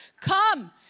Come